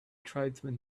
tribesman